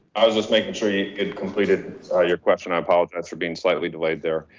i was just making sure, you had completed your question. i apologize for being slightly delayed there.